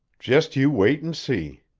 just you wait and see.